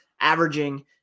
averaging